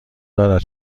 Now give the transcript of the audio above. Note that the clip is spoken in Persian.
دارد